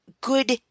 good